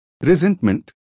resentment